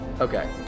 Okay